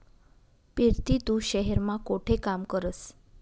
पिरती तू शहेर मा कोठे काम करस?